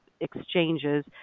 exchanges